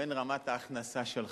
בין רמת ההכנסה שלך,